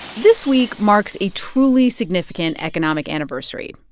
this week marks a truly significant economic anniversary.